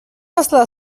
asla